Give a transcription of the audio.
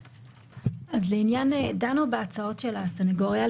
דנו בהצעות של הסנגוריה,